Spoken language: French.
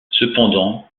cependant